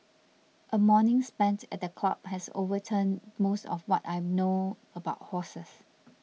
a morning spent at the club has overturned most of what I know about horses